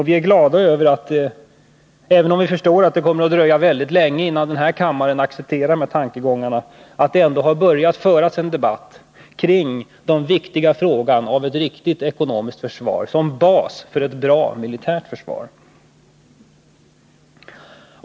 Vi är glada över det — även om vi förstår att det kommer att dröja mycket länge innan majoriteten av denna kammare kommer att acceptera de tankegångarna — och över att det ändå har börjat föras en debatt i den viktiga frågan om vi har ett riktigt ekonomiskt försvar som bas för ett bra militärt försvar.